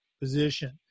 position